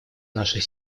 наших